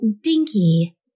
dinky